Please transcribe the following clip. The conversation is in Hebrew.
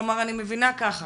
כלומר אני מבינה ככה,